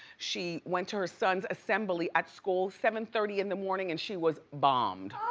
she went to her son's assembly at school, seven thirty in the morning and she was bombed.